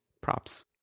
props